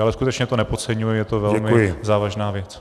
Ale skutečně to nepodceňuji, je to velmi závažná věc.